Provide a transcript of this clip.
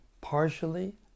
partially